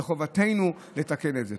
וחובתנו לתקן את זה.